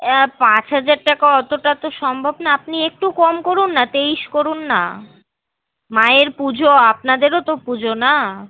পাঁচ হাজার টাকা অতটা তো সম্ভব না আপনি একটু কম করুন না তেইশ করুন না মায়ের পুজো আপনাদেরও তো পুজো না